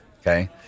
Okay